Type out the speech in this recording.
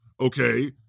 Okay